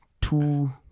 Two